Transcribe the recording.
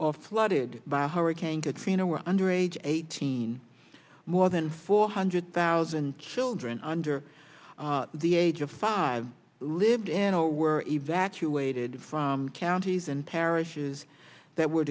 or flooded by hurricane katrina were under age eighteen more than four hundred thousand children under the age of five lived in or were evacuated from counties and parishes that were